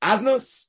Adnos